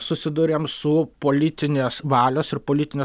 susiduriam su politinės valios ir politinio